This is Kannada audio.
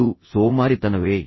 ಇದು ಸೋಮಾರಿತನವೇ